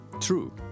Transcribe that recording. True